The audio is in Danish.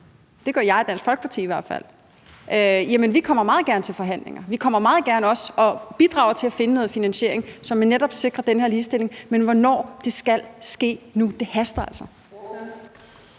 er sindssygt vigtigt, så vi kommer meget gerne til forhandlinger, og vi vil også meget gerne bidrage til at finde noget finansiering, så vi netop sikrer den her ligestilling. Men hvornår? Det skal ske nu – det haster altså.